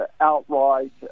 outright